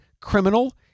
criminal